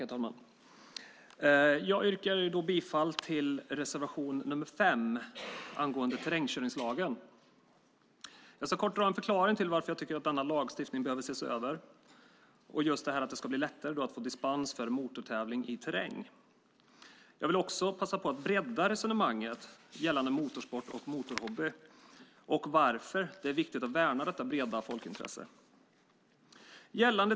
Herr talman! Jag yrkar bifall till reservation 5, om terrängkörningslagen. Jag ska kort ge en förklaring till att jag tycker att denna lagstiftning ska ses över och att det ska bli lättare att få dispens för motortävling i terräng. Jag vill också bredda resonemanget gällande motorsport och motorhobby och om varför det är viktigt att värna detta breda folkintresse.